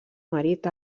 marit